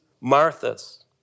Martha's